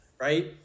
right